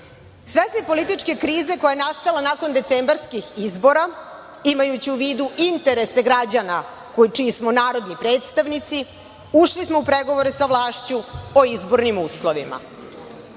prava. Svesni političke krize koja je nastala nakon decembarskih izbora, imajući u vidu interese građana čiji smo narodni predstavnici, ušli smo u pregovore sa vlašću o izbornim uslovima.